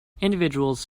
individuals